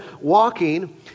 walking